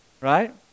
right